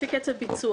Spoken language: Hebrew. לפי קצב ביצוע.